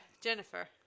Jennifer